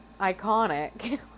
iconic